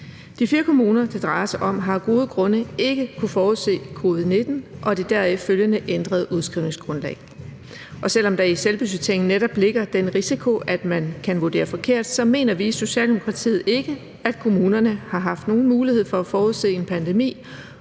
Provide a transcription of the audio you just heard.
De fire kommuner, det drejer sig om, har af gode grunde ikke kunnet forudse covid-19 og det deraf følgende ændrede udskrivningsgrundlag. Og selv om der i selvbudgetteringen netop ligger den risiko, at man kan vurdere forkert, så mener vi i Socialdemokratiet ikke, at kommunerne har haft nogen mulighed for at forudse en pandemi